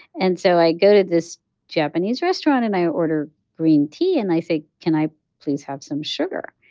and so i go to this japanese restaurant, and i order green tea and i say, can i please have some sugar?